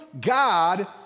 God